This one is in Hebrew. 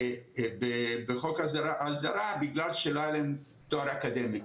בחוק ההסדרה בגלל שלא היה להם תואר אקדמי.